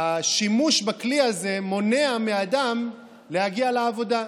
השימוש בכלי הזה מונע מאדם להגיע לעבודה.